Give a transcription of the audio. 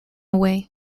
away